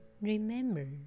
remember